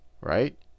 right